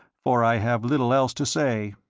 for i have little else to say.